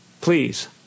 please